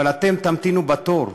אבל אתם תמתינו בתור,